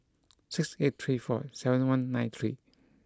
six eight three four seven one nine three